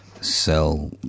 sell